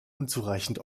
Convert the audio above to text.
unzureichend